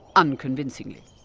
unconvincingly.